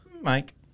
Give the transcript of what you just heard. Mike